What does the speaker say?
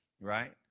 right